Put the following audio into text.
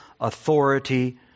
authority